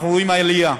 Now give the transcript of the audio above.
אנחנו רואים עלייה,